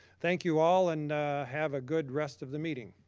thank you all and have a good rest of the meeting.